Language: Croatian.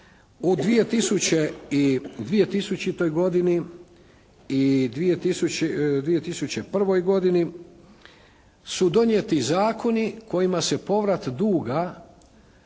u 2000. godini i 2001. godini su donijeti zakoni kojima se povrat duga